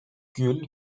gül